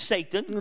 Satan